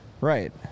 Right